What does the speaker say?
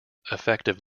effective